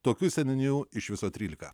tokių seniūnijų iš viso trylika